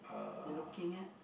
you looking at